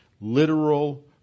literal